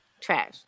Trash